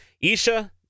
Isha